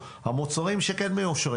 את המוצרים שכן מאושרים